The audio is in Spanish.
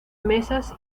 mesas